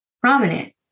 prominent